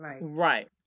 Right